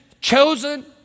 chosen